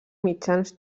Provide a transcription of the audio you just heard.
mitjans